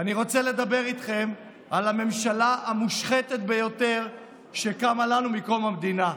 אני רוצה לדבר איתכם על הממשלה המושחתת ביותר שקמה לנו מקום המדינה.